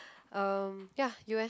um ya you eh